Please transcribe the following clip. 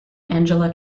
angela